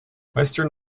western